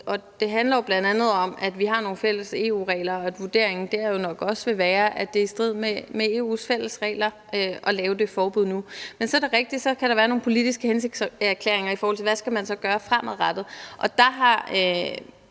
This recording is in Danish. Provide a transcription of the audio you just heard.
det handler jo bl.a. om, at vi har nogle fælles EU-regler, og at vurderingen dér nok også vil være, at det er i strid med EU's fælles regler at lave det forbud nu. Men så er det rigtigt, at der kan være nogle politiske hensigtserklæringer, i forhold til hvad man så skal gøre fremadrettet.